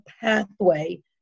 pathway